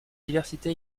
diversité